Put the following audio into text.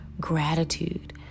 gratitude